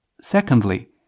Secondly